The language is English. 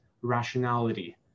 rationality